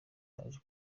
yaje